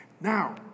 Now